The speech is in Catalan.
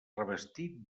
revestit